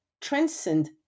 transcend